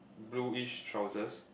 blueish trousers